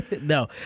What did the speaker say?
No